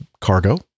cargo